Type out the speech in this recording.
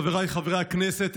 חבריי חברי הכנסת,